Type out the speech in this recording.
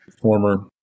former